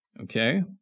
Okay